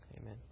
Amen